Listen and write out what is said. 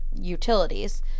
utilities